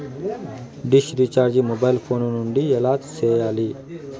dish recharge mobile phone నుండి ఎలా సేయాలి